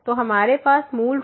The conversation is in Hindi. तो हमारे पास मूल रूप से